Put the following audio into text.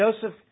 Joseph